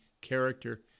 character